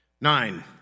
Nine